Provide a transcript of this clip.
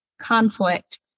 conflict